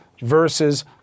versus